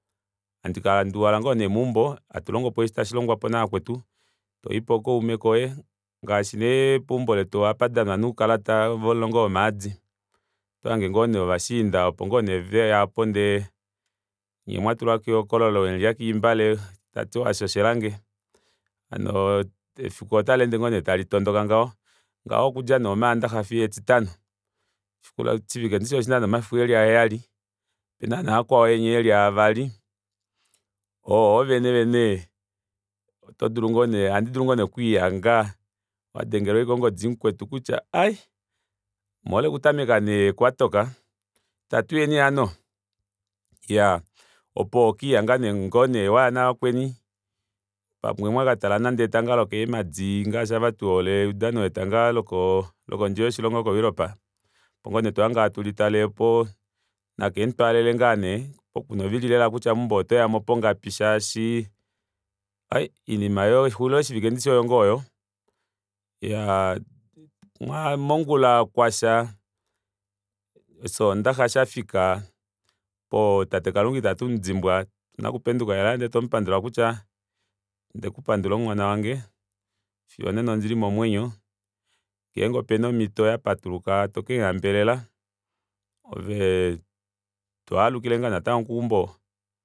Handikala handuuhala ngoo nee meumbo handi longopo osho tashi longwapo navakwetu toiyi pookaume koye ngaashi nee peumbo letu ohapadanwa oukalata vomulongo womaadi otohange ngoo nee ovashiinda oopo ngoo neeveya opo ndee nyee mwatulako ehokololo ove wemulya koimbale tati washoshelange hano efiku otaleende ngoo nee tali tondoka ngaho ngaho okudja nee omandaxa fiyo etitano oshivike ndishi oshina nee omafiku eli aheyali opena nee makwao enya eli avali oo ovene vene otodulu ngoo nee ohandi dulu ngoo nee okwiihanga wadengelwa ongodi kutya mukwetu ai omuhole okutameka nee kwatoka itatuyeni hano iyaa opo hokelihanga nee mwaya navakweni pamwe mwakatala nande etanga lokeemadi ngaashi ava tuhole oudano wetanga wokoo lokondje yoshilongo ko europe opo ngoo nee tohange hatu litalele opo nakemutwaalele ngaa nee novili kutya meumbo otoyamo pongapi shaashi ai oinima yexulilo shivike ndishi oyo ngoo oyo iyaa mongula kwasha oshondaxa shafika opo tatekalunga itamudimbwa otuna okupenduka lela lela ndee tomupandula kutya onde kupandula omuhona wange fiyo onena ondili momwenyo ngenge opena omitoyapatuluka tokemuhambelela ove twaalukile ngoo natango keumbo